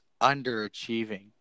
underachieving